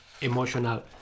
emotional